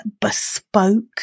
bespoke